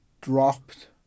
dropped